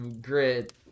grit